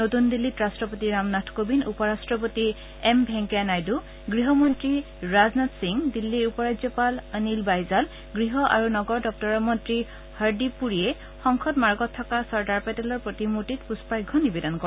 নতুন দিল্লীত ৰাট্টপতি ৰামনাথ কোবিন্দ উপৰাট্টপতি এম ভেংকয়া নাইডু গৃহমন্ত্ৰী ৰাজনাথ সিং দিন্নীৰ উপৰাজ্যপাল অনিল বাইজাল গৃহ আৰু নগৰ দপ্তৰৰ মন্ত্ৰী হৰ্দিপ পুৰীয়েও সংসদ মাৰ্গত থকা চৰ্দাৰ পেটেলৰ প্ৰতিমূৰ্তিত পূষ্পাৰ্ঘ্য নিবেদন কৰে